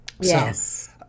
Yes